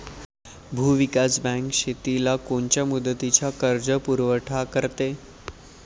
भूविकास बँक शेतीला कोनच्या मुदतीचा कर्जपुरवठा करते?